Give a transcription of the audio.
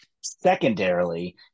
Secondarily